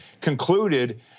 concluded